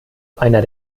einer